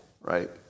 right